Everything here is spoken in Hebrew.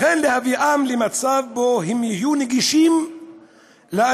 לכן, להביאם למצב שבו הם יהיו נגישים לאסירים,